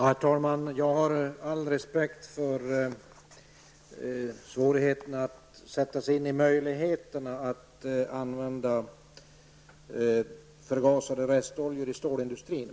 Herr talman! Jag har all respekt för svårigheten att sätta sig in i möjligheterna att använda förgasade restoljor i stålindustrin.